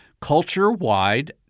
culture-wide